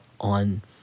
on